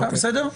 בסדר?